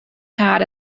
had